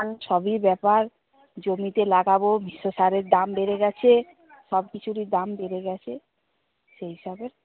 সবই ব্যাপার জমিতে লাগাব মিশ্র সারের দাম বেড়ে গেছে সব কিছুরই দাম বেড়ে গেছে সেই হিসাবে